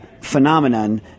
phenomenon